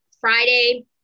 Friday